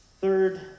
third